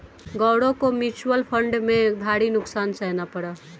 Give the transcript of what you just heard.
गौरव को mutual fund में भारी नुकसान सहना पड़ा